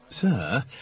Sir